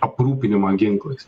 aprūpinimą ginklais